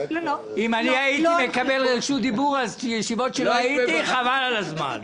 אם הייתי מקבל רשות דיבור על ישיבות שלא הייתי חבל על הזמן.